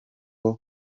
ari